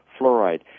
fluoride